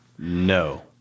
No